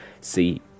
see